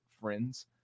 friends